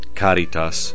caritas